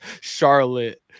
Charlotte